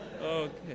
Okay